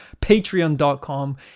patreon.com